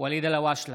ואליד אלהואשלה,